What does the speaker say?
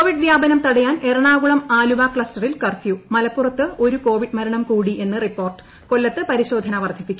Covid വ്യാപനം തടയാൻ എറണാകുളം ആലുവ ക്ലസ്റ്ററിൽ ന് കർഫ്യൂ മലപ്പുറത്ത് ഒരു കോവിഡ് മരണം കൂടിയെന്ന് റിപ്പോർട്ട് കൊല്ലത്ത് പരിശോധന വർദ്ധിപ്പിക്കും